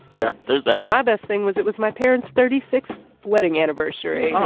yeah there's that my best thing was it was my parents thirty sixth wedding anniversary